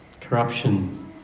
corruption